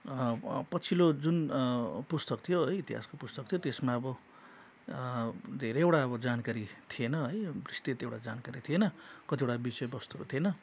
पछिल्लो जुन पुस्तक थियो है इतिहासको पुस्तक थियो त्यसमा अब धेरैवटा अब जानकारी थिएन है विस्तृत एउटा जानकारी थिएन कतिवटा विषयवस्तुहरू थिएन